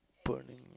burning